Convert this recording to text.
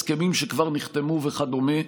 הסכמים שכבר נחתמו וכדומה.